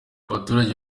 abaturage